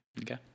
Okay